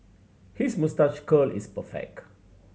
his moustache curl is perfect